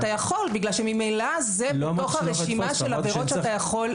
אתה יכול כי ממילא זה בתוך הרשימה של העבירות שאתה יכול.